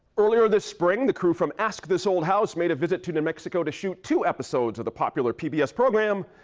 earlier this spring, the crew from ask this old house made a visit to new mexico to shoot two episodes of the popular pbs program.